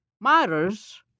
matters